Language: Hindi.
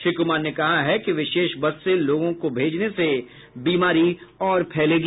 श्री कुमार ने कहा है कि विशेष बस से लोगों को भेजने से बीमारी और फैलेगी